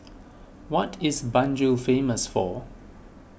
what is Banjul famous for